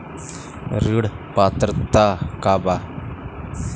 ऋण पात्रता का बा?